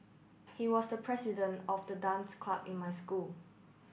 he was the president of the dance club in my school